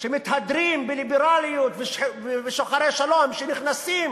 שמתהדרים בליברליות, ושוחרי שלום, כשהם נכנסים